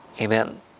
Amen